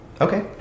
Okay